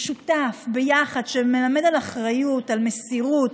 משותף, ביחד, שמלמד על אחריות, על מסירות,